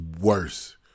worse